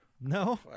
No